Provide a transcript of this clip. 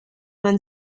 man